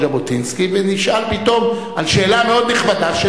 ז'בוטינסקי ונשאל פתאום על שאלה מאוד נכבדה,